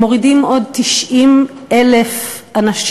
הם מורידים עוד 90,000 אנשים,